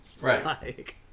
Right